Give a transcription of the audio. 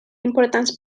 importants